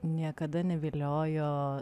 niekada neviliojo